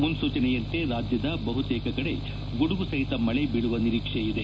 ಮುನ್ನೂಚನೆಯಂತೆ ರಾಜ್ಯದ ಬಹುತೇಕ ಕಡೆ ಗುಡುಗುಸಹಿತ ಮಳೆ ಬೀಳುವ ನಿರೀಕ್ಷೆ ಇದೆ